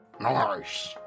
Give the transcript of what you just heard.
Nice